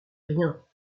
rien